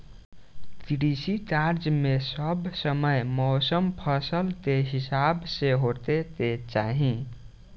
कृषि कार्य मे सब समय मौसम फसल के हिसाब से होखे के चाही